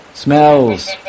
smells